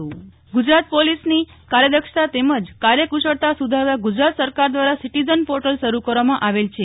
નેફલ Thakkar Gujarat police Gujarat પોલીસની કાર્યદક્ષતા તેમજ કાર્યકુશળતા સુધારવા ગુજરાત સરકાર દ્વારા સિટિઝન પોર્ટલ શરૂ કરવામાં આવેલ છે